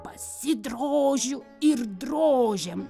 pasidrožiu ir drožiam